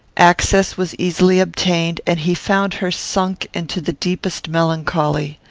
access was easily obtained, and he found her sunk into the deepest melancholy.